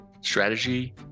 strategy